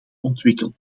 ontwikkeld